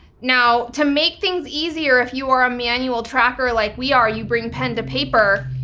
now to make things easier, if you are a manual tracker like we are, you bring pen to paper,